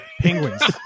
Penguins